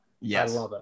yes